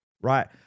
Right